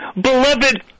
Beloved